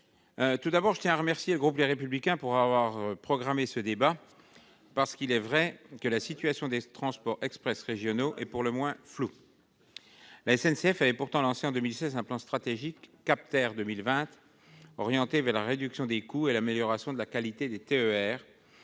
tout d'abord à remercier le groupe Les Républicains d'avoir programmé ce débat, tant il est vrai que la situation des transports express régionaux est pour le moins floue. La SNCF avait pourtant lancé en 2016 un plan stratégique, Cap TER 2020, orienté vers la réduction des coûts et l'amélioration de la qualité des TER,